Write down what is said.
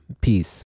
peace